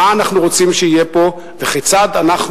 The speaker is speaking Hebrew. מה אנחנו רוצים שיהיה פה וכיצד אנחנו